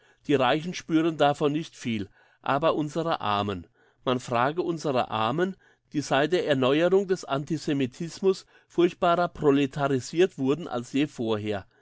die reichen spüren davon nicht viel aber unsere armen man frage unsere armen die seit der erneuerung des antisemitismus furchtbarer proletarisirt wurden als je vorher